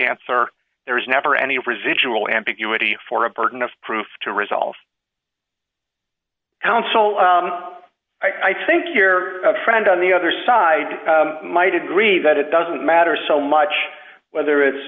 answer there is never any residual ambiguity for a burden of proof to resolve counsel i think your friend on the other side might agree that it doesn't matter so much whether it's